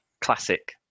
Classic